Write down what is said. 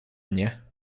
mnie